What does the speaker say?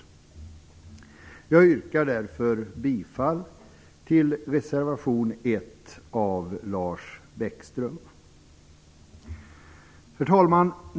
Jag yrkar därför bifall till reservation 1 avLars Herr talman!